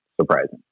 surprising